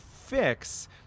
fix